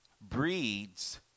breeds